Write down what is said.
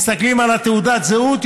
מסתכלים על תעודת הזהות,